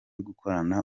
gukorana